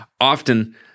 often